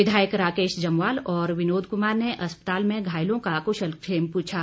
विधायक राकेश जम्वाल और विनोद कुमार ने अस्पताल में घायलों का कुशलक्षेम पूछा